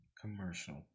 commercial